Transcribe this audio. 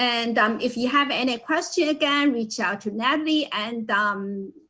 and um if you have any questions again, reach out to natalie and um